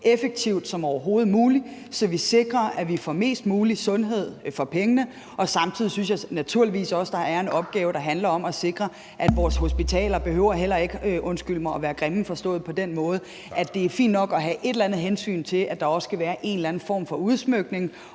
effektivt som overhovedet muligt, så vi sikrer, at vi får mest mulig sundhed for pengene, og samtidig synes jeg naturligvis også, at der er en opgave, der handler om at sikre, at vores hospitaler ikke behøver at være grimme, undskyld mig. Det er altså fint nok at have et eller andet hensyn til, at der også skal være en eller anden form for udsmykning,